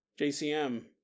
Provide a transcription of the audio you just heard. JCM